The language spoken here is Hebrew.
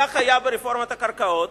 כך היה ברפורמת הקרקעות.